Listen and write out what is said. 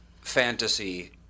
fantasy